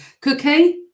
Cookie